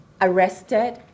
Arrested